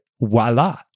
voila